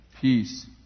peace